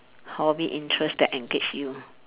hobby interest that engage you